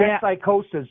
psychosis